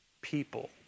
people